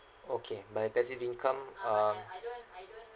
okay my passive income uh